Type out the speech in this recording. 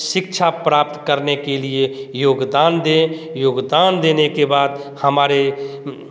शिक्षा प्राप्त करने के लिए योगदान दें योगदान देने के बाद हमारे